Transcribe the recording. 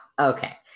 Okay